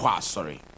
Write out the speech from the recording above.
sorry